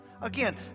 Again